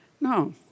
no